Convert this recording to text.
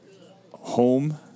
Home